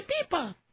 people